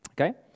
okay